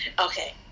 Okay